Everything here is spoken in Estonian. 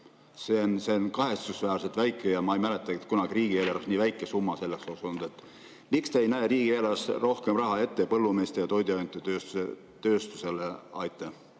See on kahetsusväärselt väike ja ma ei mäletagi, et kunagi riigieelarves nii väike summa selleks oleks olnud. Miks te ei näe riigieelarves rohkem raha ette põllumeestele ja toiduainetööstusele?